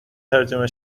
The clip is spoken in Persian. ترجمه